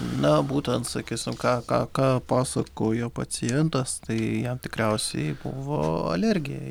na būtent sakysim ką ką ką pasakojo pacientas tai ja tikriausiai buvo alergija į